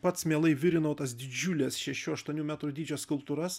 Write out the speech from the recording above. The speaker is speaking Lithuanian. pats mielai virinau tas didžiules šešių aštuonių metrų dydžio skulptūras